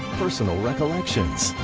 personal recollections,